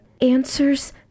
answers